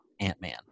Ant-Man